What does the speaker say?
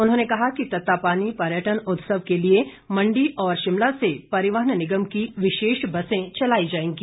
उन्होंने कहा कि तत्तापानी पर्यटन उत्सव के लिए मण्डी और शिमला से परिवहन निगम की विशेष बसें चलाई जाएंगी